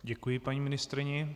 Děkuji paní ministryni.